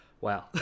wow